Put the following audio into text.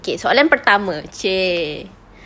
okay soalan pertama !chey!